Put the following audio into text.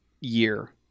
year